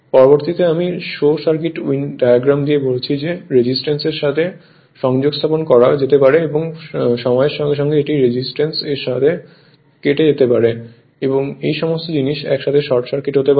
পরবর্তীতে আমি show circuit diagram দিয়ে বলেছি যে রেজিস্ট্যান্স এর সাথে সংযোগ স্থাপন করা যেতে পারে এবং সময়ের সঙ্গে সঙ্গে এটি রেজিস্ট্যান্স এর সাথে কেটে যেতে পারে এবং এই সমস্ত জিনিস একসাথে শর্ট সার্কিট হতে পারে